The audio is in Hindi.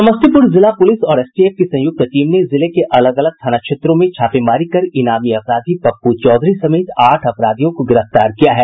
समस्तीपुर जिला पुलिस और एसटीएफ की संयुक्त टीम ने जिले के अलग अलग थाना क्षेत्रों में छापेमारी कर इनामी अपराधी पप्पू चौधरी समेत आठ अपराधियों को गिरफ्तार किया है